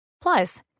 Plus